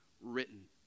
written